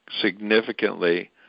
significantly